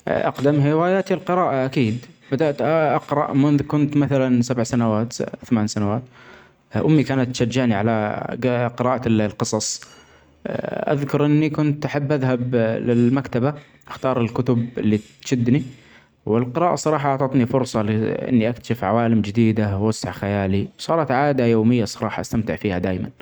أقدم هواياتي القراءة أكيد ، بدأت أقرأ منذ كنت مثلا سبع سنوات ث-ثمن سنوات أمي كانت تشجعني علي ج- قراءة القصص ، أذكر إني كنت أحب أذهب للمكتبة أختار الكتب إلي تشدني والقراءة الصراحة أعطتني فرصة لل-إني أكتشف عوالم جديدة وأوسع خيالي صارت عادة يومية الصراحة أستمتع فيها دايما.